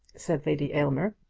said lady aylmer.